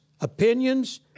opinions